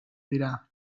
dira